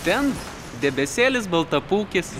ten debesėlis baltapūkis